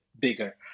bigger